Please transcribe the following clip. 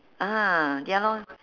ah ya lor